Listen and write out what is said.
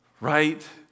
right